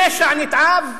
פשע נתעב,